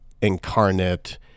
incarnate